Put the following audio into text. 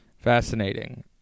fascinating